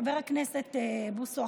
חבר הכנסת בוסו,